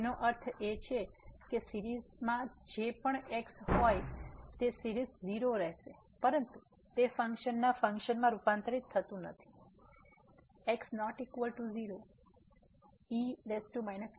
તેનો અર્થ એ છે કે સીરીઝમાં જે પણ x હોય સીરીઝ 0 રહેશે પરંતુ તે ફંક્શનના ફંક્શનમાં રૂપાંતરિત થતું નથી x≠0e 1x2 માટે